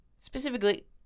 specifically